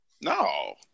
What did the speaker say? No